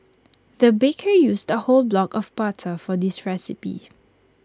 the baker used A whole block of butter for this recipe